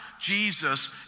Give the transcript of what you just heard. Jesus